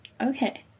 Okay